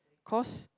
cause